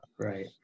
right